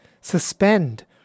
suspend